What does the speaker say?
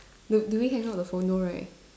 do do we hang up the phone no right